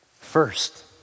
first